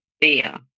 fear